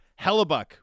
Hellebuck